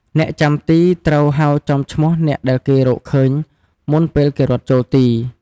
អ្នកចាំទីត្រូវហៅចំឈ្មោះអ្នកដែលគេរកឃើញ មុនពេលគេរត់ចូលទី។